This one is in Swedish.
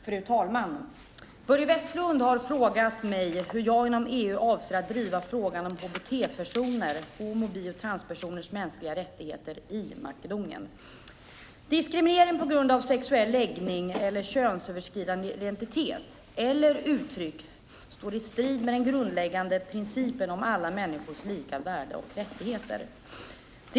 Fru talman! Börje Vestlund har frågat mig hur jag inom EU avser att driva frågan om hbt-personers - homosexuellas, bisexuellas och transpersoners - mänskliga rättigheter i Makedonien. Diskriminering på grund av sexuell läggning eller könsöverskridande identitet eller uttryck står i strid med den grundläggande principen om alla människors lika värde och rättigheter.